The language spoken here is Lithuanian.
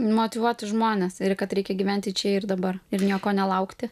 motyvuoti žmones ir kad reikia gyventi čia ir dabar ir nieko nelaukti